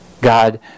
God